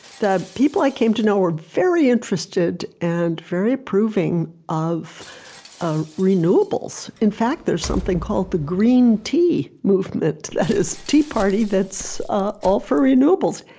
the people i came to know are very interested and very approving of ah renewables. in fact, there's something called the green tea movement that is a tea party that's ah all for renewables.